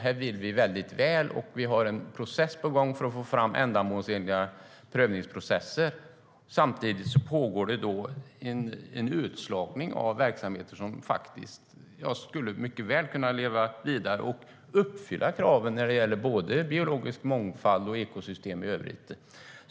Här vill vi väl, och vi har en process på gång för att få fram ändamålsenliga prövningsprocesser. Samtidigt pågår en utslagning av verksamheter som mycket väl skulle kunna leva vidare och uppfylla kraven när det gäller både biologisk mångfald och ekosystem i övrigt.